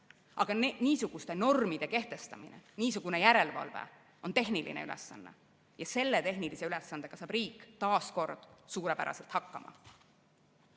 Aga niisuguste normide kehtestamine, niisugune järelevalve on tehniline ülesanne ja selle tehnilise ülesandega saab riik suurepäraselt hakkama.